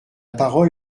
parole